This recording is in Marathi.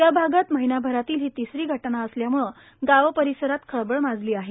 या भागात महिन्याभरातील हि तिसरी घटना असल्याम्ळे गाव परिसरात खळबळ माजली आहेत